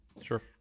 Sure